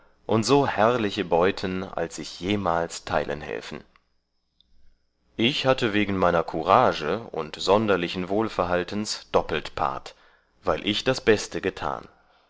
und so herrliche beuten als ich jemals teilen helfen ich hatte wegen meiner courage und sonderlichen wohlverhaltens doppelt part weil ich das beste getan